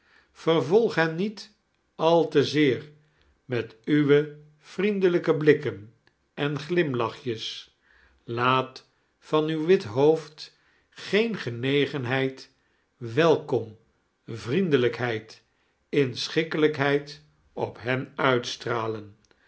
hen niet al te zeer met uwe vriendelijke blikken en glimlachjes laat van uw wit hoofd geen genegenheid welkom vriemdelijkheid inschikkelijkhieid op hen uitetealen